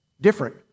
different